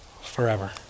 Forever